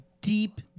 deep